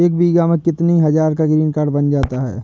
एक बीघा में कितनी हज़ार का ग्रीनकार्ड बन जाता है?